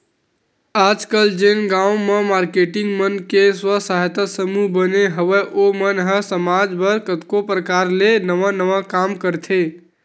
आजकल जेन गांव म मारकेटिंग मन के स्व सहायता समूह बने हवय ओ मन ह समाज बर कतको परकार ले नवा नवा काम करथे